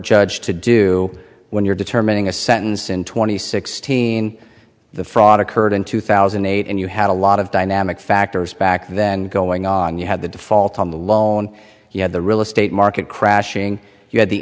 judge to do when you're determining a sentence in two thousand and sixteen the fraud occurred in two thousand and eight and you had a lot of dynamic factors back then going on you had the defaults on the loan you had the real estate market crashing you had the